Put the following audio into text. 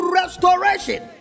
restoration